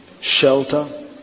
Shelter